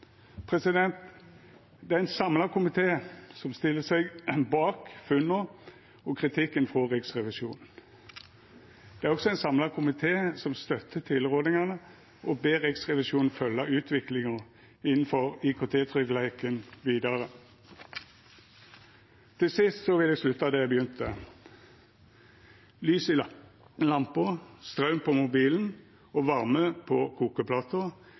Det er ein samla komité som stiller seg bak funna og kritikken frå Riksrevisjonen. Det er også ein samla komité som støttar tilrådingane og ber Riksrevisjonen fylgja utviklinga innanfor IKT-tryggleiken vidare. Til sist vil eg slutta der eg begynte: Lys i lampa, straum på mobilen og varme på kokeplata